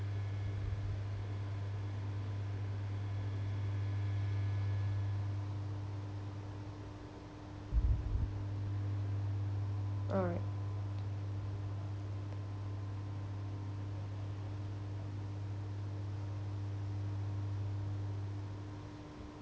alright